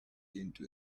into